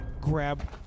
grab